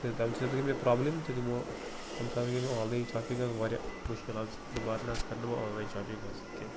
تہٕ تَمہِ سۭتۍ حظ گٔے مےٚ پرٛابلِم تہِ تِمو تَمہِ ساتہٕ گٔے مےٚ آنلاین شاپِنٛگ حظ واریاہ مشکل حظ دُبارٕ نَہ حظ کَرٕ نہٕ بہٕ آنلاین شاپِنٛگ حظ کیٚنٛہہ